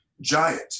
giant